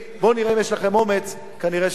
בואו נראה אם יש לכם אומץ, כנראה שאין לכם.